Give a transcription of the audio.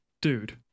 Dude